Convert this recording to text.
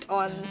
on